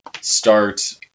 start